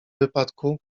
wypadku